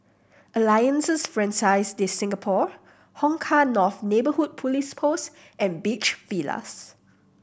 Alliances Francaise de Singapour Hong Kah North Neighbourhood Police Post and Beach Villas